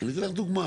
אני אתן לך דוגמה.